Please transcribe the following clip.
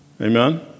Amen